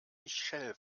michelle